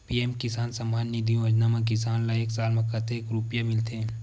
PM किसान सम्मान निधी योजना म किसान ल एक साल म कतेक रुपिया मिलथे?